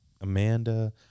Amanda